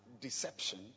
deception